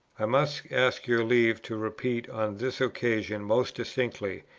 i must ask your leave to repeat on this occasion most distinctly,